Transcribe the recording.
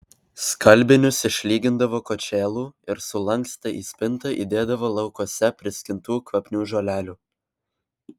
skalbinius išlygindavo kočėlu ir sulankstę į spintą įdėdavo laukuose priskintų kvapnių žolelių